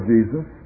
Jesus